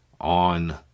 on